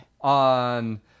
on